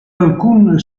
alcun